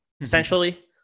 essentially